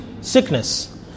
sickness